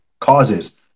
causes